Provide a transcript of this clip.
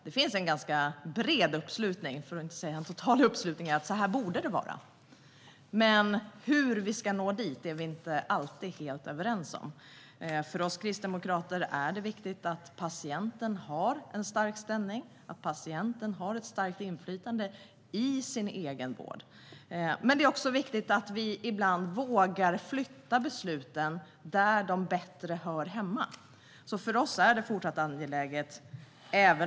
Det finns nog en total uppslutning kring att det borde vara så, men hur vi ska nå dit är vi inte alltid överens om. För oss kristdemokrater är det viktigt att patienten har en stark ställning och ett starkt inflytande på sin egen vård. Ibland är det också viktigt att vi vågar flytta besluten dit där de bättre hör hemma.